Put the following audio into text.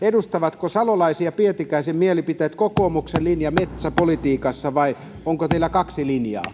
edustavatko salolaisen ja pietikäisen mielipiteet kokoomuksen linjaa metsäpolitiikassa vai onko teillä kaksi linjaa